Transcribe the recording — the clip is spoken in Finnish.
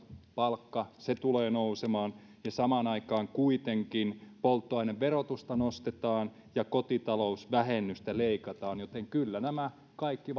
palkka tulee nousemaan ja samaan aikaan kuitenkin polttoaineverotusta nostetaan ja kotitalousvähennystä leikataan joten kyllä nämä kaikki